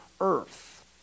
earth